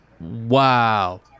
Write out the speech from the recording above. Wow